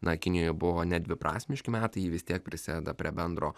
na kinijoje buvo nedviprasmiški metai ji vis tiek prisideda prie bendro